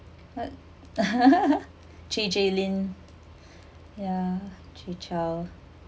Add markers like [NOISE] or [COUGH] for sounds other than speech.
[LAUGHS] what J_J lin ya jay chow